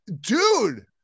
dude